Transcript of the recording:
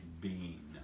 bean